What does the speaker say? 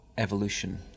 evolution